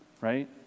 right